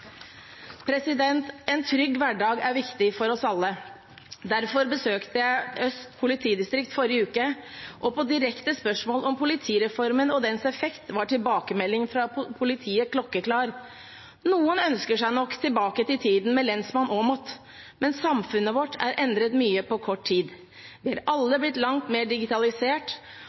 En trygg hverdag er viktig for oss alle. Derfor besøkte jeg Øst politidistrikt forrige uke, og på direkte spørsmål om politireformen og dens effekt var tilbakemeldingen fra politiet klokkeklar. Noen ønsker seg nok tilbake til tiden med lensmann Åmodt, men samfunnet vårt er endret mye på kort tid. Vi har alle blitt langt mer digitalisert,